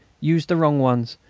used the wrong ones,